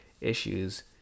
Issues